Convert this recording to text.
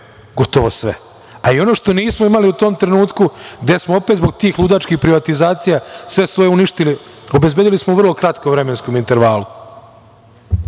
gotovo sve. A i ono što nismo imali u tom trenutku, gde smo opet zbog tih ludačkih privatizacija sve svoje uništili, obezbedili smo u vrlo kratkom vremenskom intervalu.